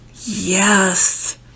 Yes